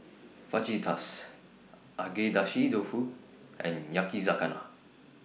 Fajitas Agedashi Dofu and Yakizakana